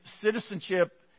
citizenship